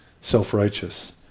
self-righteous